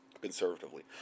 conservatively